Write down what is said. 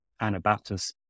Anabaptists